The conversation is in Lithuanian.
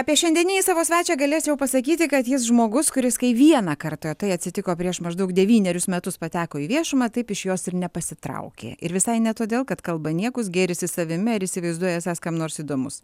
apie šiandieninį savo svečią galėčiau pasakyti kad jis žmogus kuris kai vieną kartą tai atsitiko prieš maždaug devynerius metus pateko į viešumą taip iš jos ir nepasitraukė ir visai ne todėl kad kalba niekus gėrisi savimi ir įsivaizduoja esąs kam nors įdomus